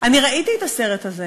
אני ראיתי את הסרט הזה.